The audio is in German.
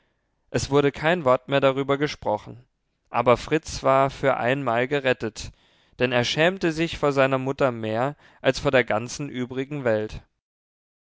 es wurde kein wort mehr darüber gesprochen aber fritz war für einmal gerettet denn er schämte sich vor seiner mutter mehr als vor der ganzen übrigen welt